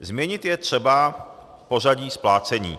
Změnit je třeba pořadí splácení.